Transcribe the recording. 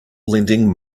lending